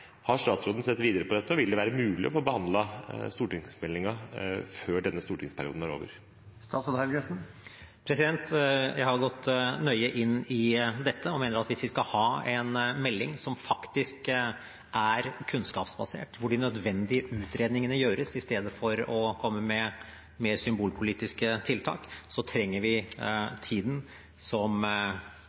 Har statsråden sett videre på dette – og vil det være mulig å få behandlet stortingsmeldingen før denne stortingsperioden er over? Jeg har gått nøye inn i dette og mener at hvis vi skal ha en melding som er kunnskapsbasert, hvor de nødvendige utredningene gjøres, i stedet for å komme med mer symbolpolitiske tiltak, trenger vi tid, som